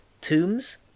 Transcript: tombs